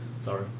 Sorry